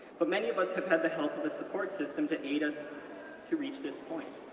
but many of us have had the help of a support system to aid us to reach this point,